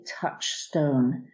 touchstone